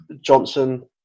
Johnson